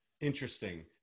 Interesting